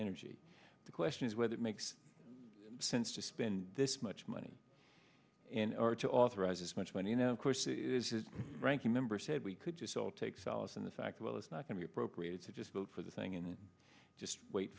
energy the question is whether it makes sense to spend this much money in order to authorize this much money you know of course is his ranking member said we could just saw take solace in the fact well it's not going to be appropriate to just build for the thing and just wait